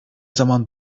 zaman